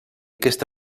aquest